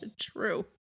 True